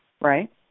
right